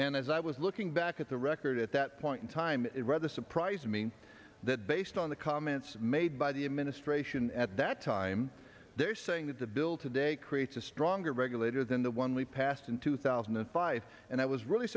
and as i was looking back at the record at that point in time it rather surprised me that based on the comments made by the administration at that time they're saying that the bill today creates a stronger regulator than the one we passed in two thousand and five and i was really